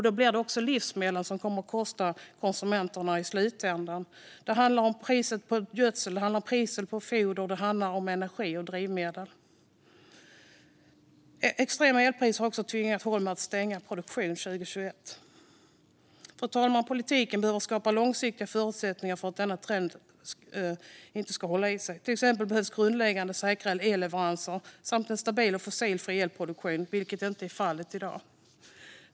Då kommer livsmedlen att kosta konsumenterna i slutändan. Det handlar om priset på gödsel, foder, energi och drivmedel. Extrema elpriser har också tvingat Holmen att stänga produktion under 2021. Fru talman! Politiken behöver skapa långsiktiga förutsättningar för att denna trend inte ska hålla i sig. Till exempel behövs grundläggande förutsättningar för att säkra elleveranser samt en stabil och fossilfri elproduktion, vilket inte är fallet i dag.